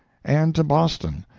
and to boston.